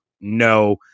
no